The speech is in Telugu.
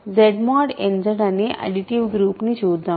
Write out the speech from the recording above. Z mod n Z అనే అడిటివ్ గ్రూప్ ని చూద్దాం